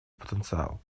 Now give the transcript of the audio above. потенциал